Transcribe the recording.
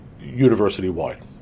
university-wide